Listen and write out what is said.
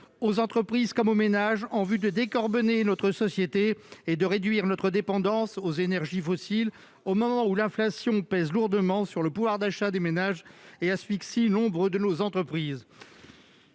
aux entreprises qu'aux ménages, en vue de décarboner le mode de vie de notre société et de réduire notre dépendance aux énergies fossiles, au moment où l'inflation pèse lourdement sur le pouvoir d'achat des ménages et asphyxie nombre de nos entreprises.